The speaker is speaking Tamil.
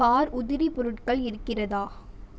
கார் உதிரி பொருட்கள் இருக்கிறதா